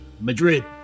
Madrid